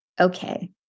Okay